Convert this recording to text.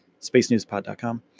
spacenewspod.com